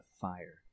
fire